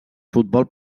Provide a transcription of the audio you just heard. futbol